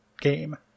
game